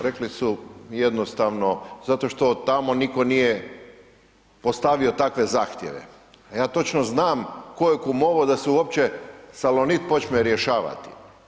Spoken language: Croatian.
Rekli su jednostavno zato što tamo nitko nije postavio takve zahtjeve, a ja točno znam tko je kumovao da se uopće Salonit počne rješavati.